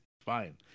Fine